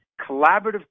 Collaborative